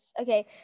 Okay